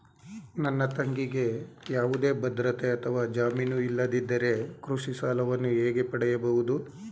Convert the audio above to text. ನನ್ನ ತಂಗಿಗೆ ಯಾವುದೇ ಭದ್ರತೆ ಅಥವಾ ಜಾಮೀನು ಇಲ್ಲದಿದ್ದರೆ ಕೃಷಿ ಸಾಲವನ್ನು ಹೇಗೆ ಪಡೆಯಬಹುದು?